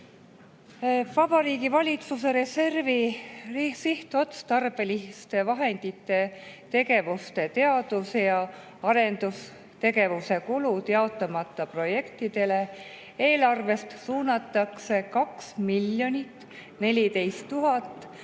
Vabariigi Valitsuse reservi sihtotstarbeliste vahendite tegevuse "Teadus- ja arendustegevuse kulud jaotamata projektidele" eelarvest suunatakse 2 014 000